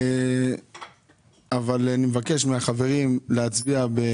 אני מבקש מהחברים להצביע.